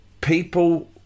people